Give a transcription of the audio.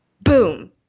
boom